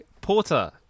porter